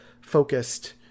focused